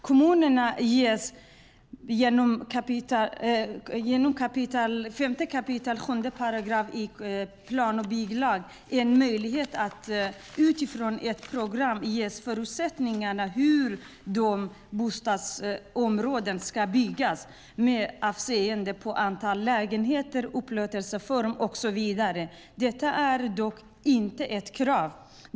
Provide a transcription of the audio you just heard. Kommunerna ges genom 5 kap. 7 § i plan och bygglagen en möjlighet att utifrån ett program ge förutsättningar för hur bostadsområden ska byggas med avseende på antal lägenheter, upplåtelseform och så vidare. Detta är dock inget krav.